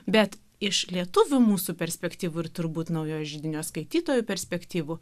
bet iš lietuvių mūsų perspektyvų ir turbūt naujojo židinio skaitytojų perspektyvų